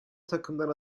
takımdan